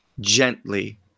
gently